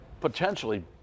potentially